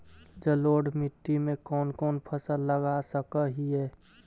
जलोढ़ मिट्टी में कौन कौन फसल लगा सक हिय?